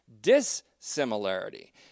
dissimilarity